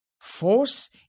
Force